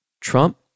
Trump